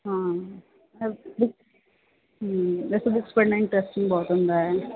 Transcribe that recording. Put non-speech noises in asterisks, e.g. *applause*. ਹਾਂ *unintelligible* ਹੂੰ ਵੈਸੇ ਬੁੱਕਸ ਪੜ੍ਹਨਾ ਇਨਟਰਸਟਿੰਗ ਬਹੁਤ ਹੁੰਦਾ ਹੈ